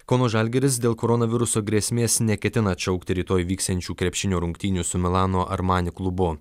kauno žalgiris dėl koronaviruso grėsmės neketina atšaukti rytoj vyksiančių krepšinio rungtynių su milano armani klubu